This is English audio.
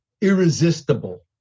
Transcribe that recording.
irresistible